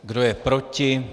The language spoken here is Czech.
Kdo je proti?